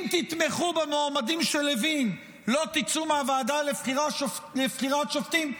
אם תתמכו במועמדים של לוין לא תצאו מהוועדה לבחירת שופטים,